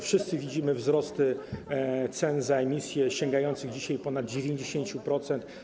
Wszyscy widzimy wzrosty cen za emisję sięgające dzisiaj ponad 90%.